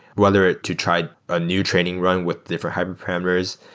whether to try a new training run with different hyperparameters,